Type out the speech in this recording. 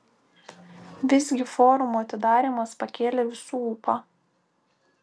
visgi forumo atidarymas pakėlė visų ūpą